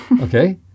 Okay